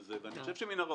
אליך.